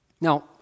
Now